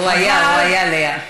הוא היה, הוא היה, לאה.